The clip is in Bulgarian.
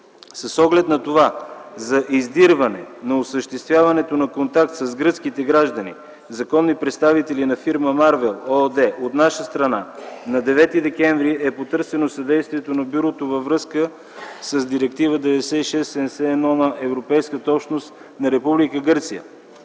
С оглед на това за издирването, за осъществяването на контакт с гръцките граждани, законни представители на фирма „Марвел” ООД, от наша страна на 9 декември е потърсено съдействието на Бюрото във връзка с Директива 9671 на Европейската общност на Република Гърция